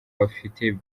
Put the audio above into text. afite